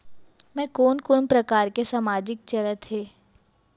मैं कोन कोन प्रकार के सामाजिक चलत हे?